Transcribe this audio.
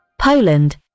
Poland